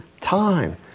time